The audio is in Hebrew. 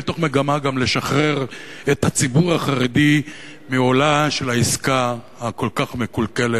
מתוך מגמה גם לשחרר את הציבור החרדי מעולה של העסקה הכל-כך מקולקלת,